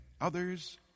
Others